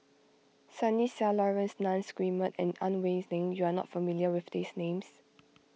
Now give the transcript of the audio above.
Sunny Sia Laurence Nunns Guillemard and Ang Wei Neng you are not familiar with these names